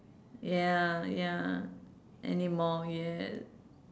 ya ya anymore yes